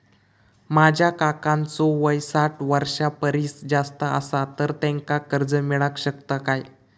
माझ्या काकांचो वय साठ वर्षां परिस जास्त आसा तर त्यांका कर्जा मेळाक शकतय काय?